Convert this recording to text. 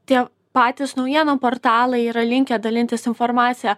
tie patys naujienų portalai yra linkę dalintis informacija